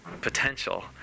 potential